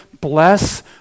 bless